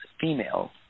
female